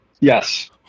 yes